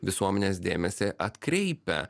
visuomenės dėmesį atkreipia